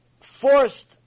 forced